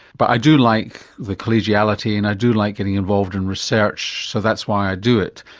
but i do like the collegiality and i do like getting involved in research, so that's why i do it.